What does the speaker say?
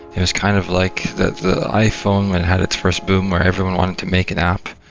it was kind of like the the iphone when had its first boom where everyone wanted to make an app.